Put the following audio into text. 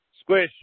Squish